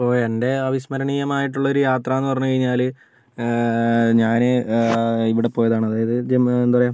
ഇപ്പോൾ എൻ്റെ ആവിസ്മരണീയമായിട്ടുള്ളൊരു യാത്രാന്ന് പറഞ്ഞു കഴിഞ്ഞാല് ഞാന് ഇവിടെ പോയതാണ് അതായത് അതായത് എന്താ പറയുക